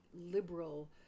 liberal